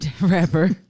Rapper